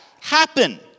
happen